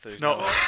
No